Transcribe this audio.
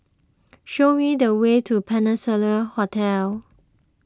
show me the way to Peninsula Hotel